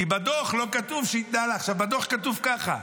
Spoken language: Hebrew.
כי בדוח לא כתוב שהתנהלה, עכשיו, בדוח כתוב ככה: